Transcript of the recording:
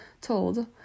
told